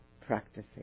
practicing